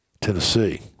Tennessee